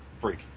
freak